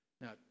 Now